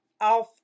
off